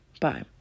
Bye